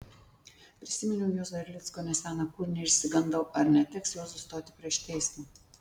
prisiminiau juozo erlicko neseną kūrinį ir išsigandau ar neteks juozui stoti prieš teismą